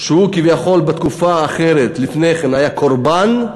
שהוא כביכול בתקופה אחרת, לפני כן, היה קורבן,